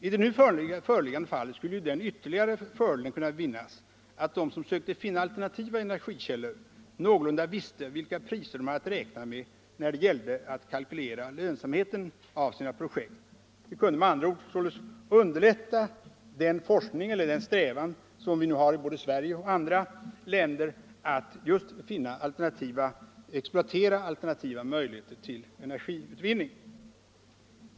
I det nu föreliggande fallet skulle ju den ytterligare fördelen vinnas att de som sökte finna alternativa energikällor någorlunda visste vilka priser de hade att räkna med när det gällde att kalkylera lönsamheten av sina projekt. Det kunda med andra ord underlätta den strävan som vi nu har i både Sverige och andra länder att exploatera alternativa möjligheter till energiutvinning.